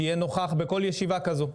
שיהיה נוכח בכל ישיבה כזו,